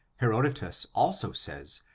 herodotus also says,